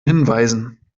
hinweisen